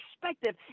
perspective